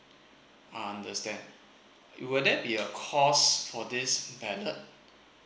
understand you would that be a cost for this ballot